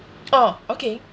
oh okay